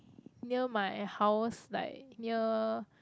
near my house like near